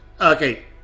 Okay